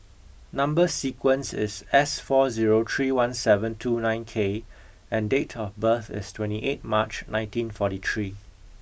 number sequence is S four zero three one seven two nine K and date of birth is twenty eight March nineteen forty three